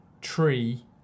Tree